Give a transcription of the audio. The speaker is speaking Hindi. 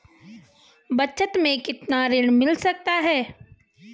बचत मैं कितना ऋण मिल सकता है?